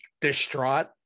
distraught